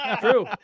True